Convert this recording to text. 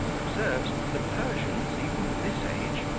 observes, that the persians even of this age,